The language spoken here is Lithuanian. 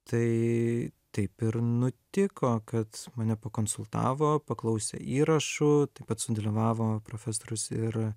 tai taip ir nutiko kad mane pakonsultavo paklausė įrašų taip pat sudalyvavo profesorius ir